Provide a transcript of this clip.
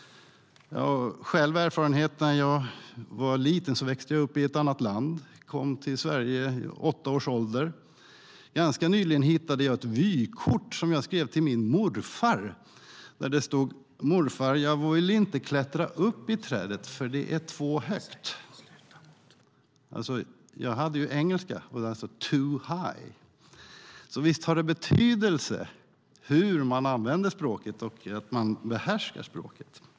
Jag har själv erfarenhet av det. När jag var liten växte jag upp i ett annat land. Jag kom till Sverige vid åtta års ålder. Ganska nyligen hittade jag ett vykort som jag skrev till min morfar, där det stod: Morfar! Jag ville inte klättra upp i trädet för det är två högt. Mitt språk var engelska, alltså too high. Visst har det betydelse hur man använder språket och att man behärskar språket.